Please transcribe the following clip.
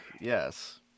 Yes